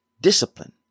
Discipline